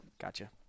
Gotcha